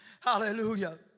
Hallelujah